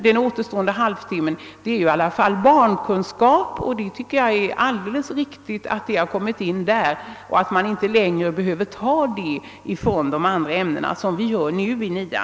Den återstående halvtimmen är avsedd för barnavårdskunskap, och jag tycker det är alldeles riktigt att detta moment lagts in i ämnet hemkunskap, så att man inte längre behöver ta tiden från andra ämnen, som vi nu gör i årskurs 9.